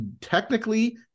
technically